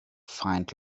find